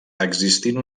existint